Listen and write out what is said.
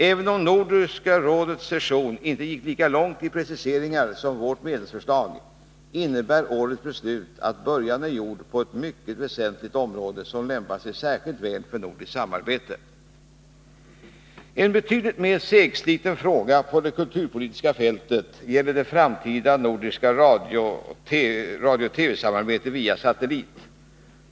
Även om Nordiska rådets session inte gick lika långt i preciseringar som vårt medlemsförslag innebär årets beslut att början är gjord på ett mycket väsentligt område som lämpar sig särskilt väl för nordiskt samarbete. En betydligt mer segsliten fråga på det kulturpolitiska fältet gäller det framtida nordiska radio-TV-samarbetet via satellit.